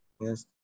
Yes